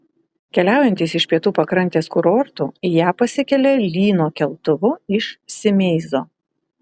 keliaujantys iš pietų pakrantės kurortų į ją pasikelia lyno keltuvu iš simeizo